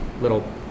little